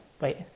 wait